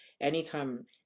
anytime